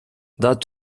that